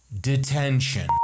detention